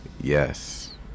Yes